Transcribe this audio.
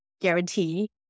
guarantee